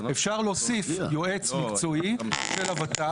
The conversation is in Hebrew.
אפשר להוסיף יועץ מקצועי של הות"ל.